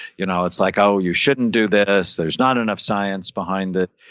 you know it's like, oh, you shouldn't do this. there's not enough science behind it.